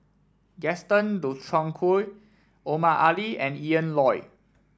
Gaston Dutronquoy Omar Ali and Ian Loy